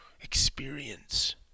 experience